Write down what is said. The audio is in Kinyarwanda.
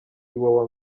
iwawa